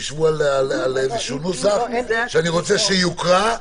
תשבו על איזשהו נוסח שאני רוצה שיוקרא,